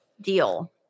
Deal